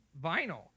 Vinyl